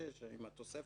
7.6% עם התוספת,